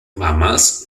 mammals